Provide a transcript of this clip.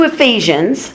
Ephesians